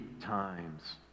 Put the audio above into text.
times